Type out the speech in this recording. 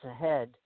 ahead